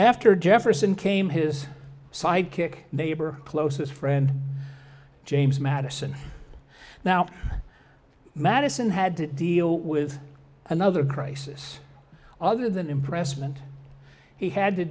after jefferson came his sidekick neighbor closest friend james madison now madison had to deal with another crisis other than impressment he had to